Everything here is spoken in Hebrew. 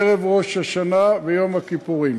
ערב ראש השנה ויום הכיפורים.